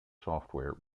software